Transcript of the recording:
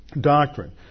doctrine